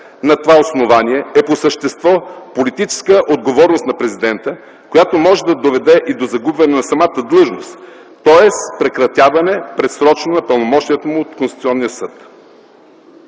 на това основание е по същество политическа отговорност на президента, която може да доведе и до загубване на самата длъжност, тоест прекратяване предсрочно на пълномощията му от Конституционния съд.